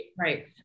right